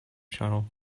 channel